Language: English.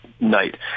night